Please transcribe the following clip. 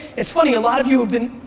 it's funny a lot of you have been,